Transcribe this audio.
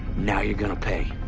now you're gonna pay.